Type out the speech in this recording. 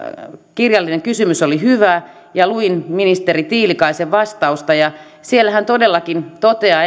kirjallinen kysymys oli hyvä luin ministeri tiilikaisen vastausta ja siellä hän todellakin toteaa